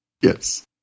Yes